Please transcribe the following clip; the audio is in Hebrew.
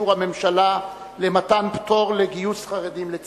אישור הממשלה למתן פטור לחרדים מגיוס לצה"ל.